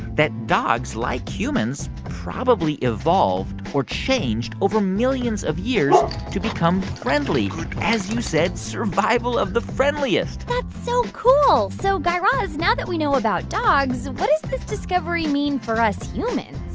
that dogs, like humans, probably evolved, or changed, over millions of years to become friendly as you said, survival of the friendliest that's so cool. so guy raz, now that we know about dogs, what does this discovery mean for us humans?